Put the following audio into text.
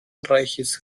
reiches